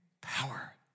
power